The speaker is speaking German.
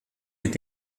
mit